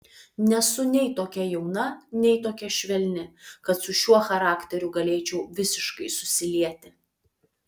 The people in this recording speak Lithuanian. nesu nei tokia jauna nei tokia švelni kad su šiuo charakteriu galėčiau visiškai susilieti